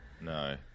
No